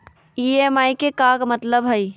EMI के का मतलब हई?